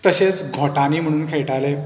तशेंच घोटांनी म्हणून खेळटाले